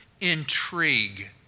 intrigue